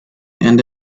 and